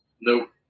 Nope